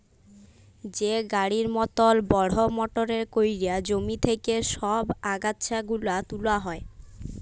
যে গাড়ির মতল বড়হ মটরে ক্যইরে জমি থ্যাইকে ছব আগাছা গুলা তুলা হ্যয়